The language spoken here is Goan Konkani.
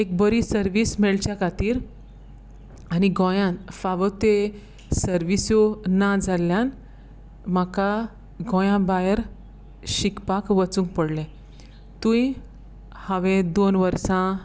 एक बरी सर्वीस मेळच्या खातीर आनी गोंयान फावो ते सर्विस्यो ना जाल्ल्यान म्हाका गोंया भायर शिकपाक वचूंक पडलें थंय हांवें दोन वर्सां